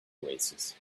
oasis